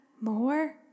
more